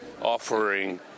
offering